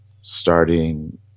starting